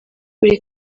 buri